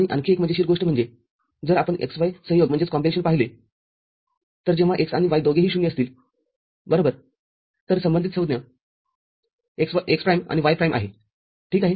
आणि आणखी एक मजेशीर गोष्ट म्हणजे जर आपण x y संयोग पाहिला तर जेव्हा x आणि y दोघेही ० असतील बरोबरतर संबंधित संज्ञा x प्राईम आणि y प्राईमआहे ठीक आहे